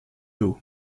haut